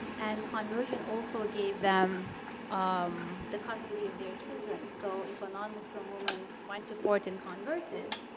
and conversion also ah gave them um the custody of their children. so if a non-muslim woman went to court and converted,